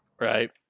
right